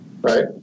right